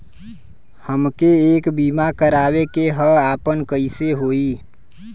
हमके एक बीमा करावे के ह आपन कईसे होई?